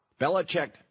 Belichick